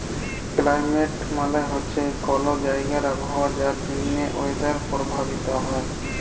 climate মালে হছে কল জাইগার আবহাওয়া যার জ্যনহে ওয়েদার পরভাবিত হ্যয়